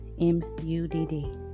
m-u-d-d